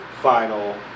Final